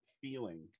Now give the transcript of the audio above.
feeling